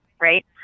right